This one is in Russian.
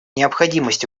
необходимость